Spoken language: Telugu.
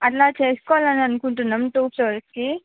అలా చేసుకోవాలని అనుకుంటున్నాం టూ ఫ్లోర్స్కి